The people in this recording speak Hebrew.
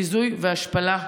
ביזוי והשפלה.